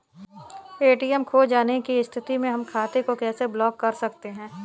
ATM खो जाने की स्थिति में हम खाते को कैसे ब्लॉक कर सकते हैं?